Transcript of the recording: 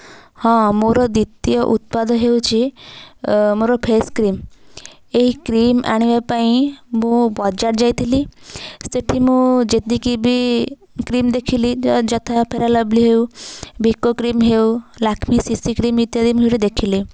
ହଁ ମୋର ଦ୍ୱିତୀୟ ଉତ୍ପାଦ ହେଉଛି ମୋର ଫେସ୍ କ୍ରିମ୍ ଏହି କ୍ରିମ୍ ଆଣିବା ପାଇଁ ମୁଁ ବଜାର ଯାଇଥିଲି ସେଇଠି ମୁଁ ଯେତିକି ବି କ୍ରିମ୍ ଦେଖିଲି ଯଥା ଫେରାଲ୍ ଲଭଲି ହେଉ ଭିକୋ କ୍ରିମ୍ ହେଉ ଲାଖ୍ମୀ ସିସି କ୍ରିମ୍ ଇତ୍ୟାଦି ମୁଁ ସେଇଠି ଦେଖିଲି